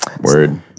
Word